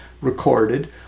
recorded